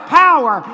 power